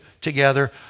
together